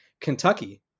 Kentucky